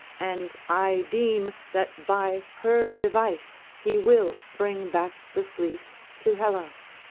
and i deem that by her device he will bring back the fleece to hellas.